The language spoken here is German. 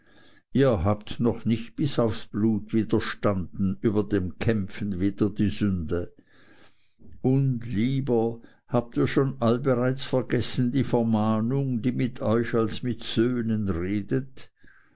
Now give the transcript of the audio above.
ihr habt noch nicht bis aufs blut widerstanden über dem kämpfen wider die sünde und lieber habt ihr schon allbereits vergessen die vermahnung die mit euch als mit söhnen redet